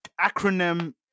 acronym